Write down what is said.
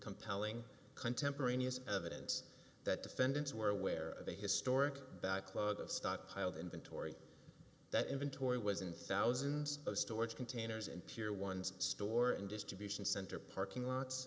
compelling contemporaneous evidence that defendants were aware of a historic backlog of stockpiled inventory that inventory was in thousands of storage containers and pier ones store and distribution center parking lots